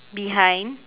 behind